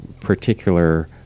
particular